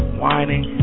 whining